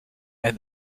and